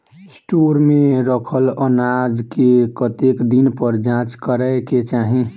Store मे रखल अनाज केँ कतेक दिन पर जाँच करै केँ चाहि?